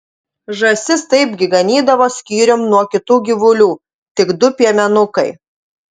žąsis taipgi ganydavo skyrium nuo kitų gyvulių tik du piemenukai